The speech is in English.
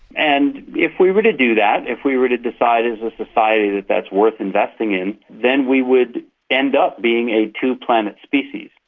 and if we were to do that, if we were to decide as a society that that's worth investing in, then we would end up being a two-planet species,